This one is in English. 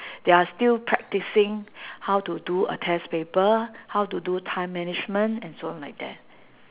they are still practicing how to do a test paper how to do time management and so on like that